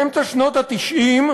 באמצע שנות ה-90,